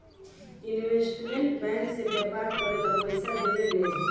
investment bank से व्यापार करेला पइसा देवेले